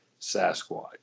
Sasquatch